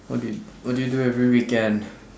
what do what do you do every weekend